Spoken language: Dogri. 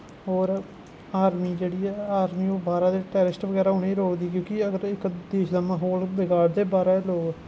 और आर्मी जेह्ड़ी ऐ आर्मी बाह्रा दे टैररिस्ट बगैरा उ'नेंगी रोकदी कि इक देश दा म्हौल बगाड़दे बाह्रा दे लोग